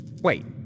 Wait